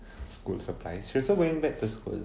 school supplies she's also going back to school